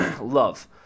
love